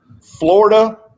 Florida